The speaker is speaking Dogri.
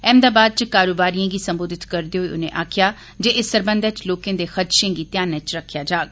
अहमदाबाद च कारोबारिए गी संबोधित करदे होई उनें आक्खेआ जे इस सरबंधै च लोकें दे खदशें गी ध्यानै च रक्खेआ जाग